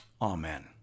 Amen